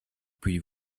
puis